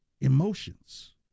Emotions